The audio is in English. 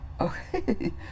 okay